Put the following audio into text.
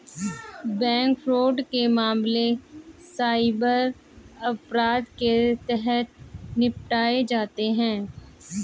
bank fraud के मामले cyber अपराध के तहत निपटाए जाते हैं